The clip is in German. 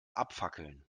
abfackeln